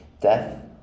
death